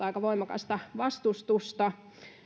aika voimakasta vastustusta